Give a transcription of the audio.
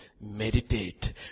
meditate